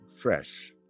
Fresh